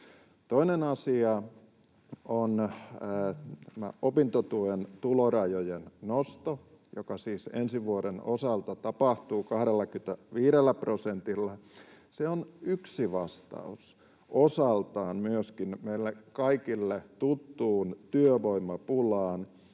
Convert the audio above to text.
Toinen asia on tämä opintotuen tulorajojen nosto, joka siis ensi vuoden osalta tapahtuu 25 prosentilla. Myöskin se on osaltaan yksi vastaus meille kaikille tuttuun työvoimapulaan,